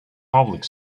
public